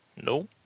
no